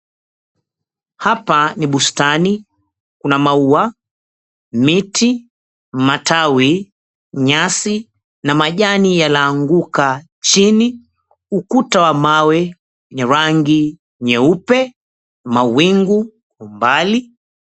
Hapa ni bustani. Kuna maua, miti, matawi, nyasi, na majani yalioanguka chini, ukuta wa mawe wenye rangi nyeupe, mawingu kwa mbali.